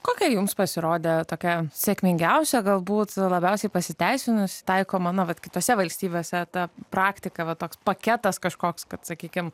kokia jums pasirodė tokia sėkmingiausia galbūt labiausiai pasiteisinusi taikoma na vat kitose valstybėse ta praktika va toks paketas kažkoks kad sakykim